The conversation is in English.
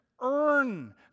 earn